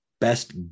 best